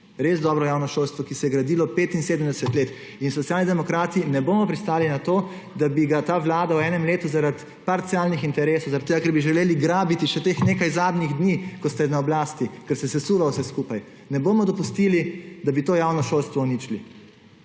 res dobro javno šolstvo, ki se je gradilo 75 let. In Socialni demokrati ne bomo pristali na to, da bi ga ta vlada v enem letu zaradi parcialnih interesov, zaradi tega, ker bi želeli grabiti še teh nekaj zadnjih dni, ko ste na oblasti, ker se sesuva vse skupaj, ne bomo dopustili, da bi to javno šolstvo uničili.